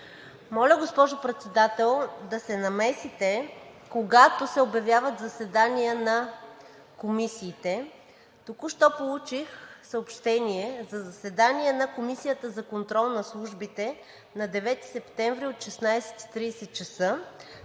Моля, госпожо Председател, да се намесите, когато се обявяват заседания на комисиите. Току-що получих съобщение за заседание на Комисията за контрол на службите на 9 септември от 16,30 ч.